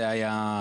זה היה,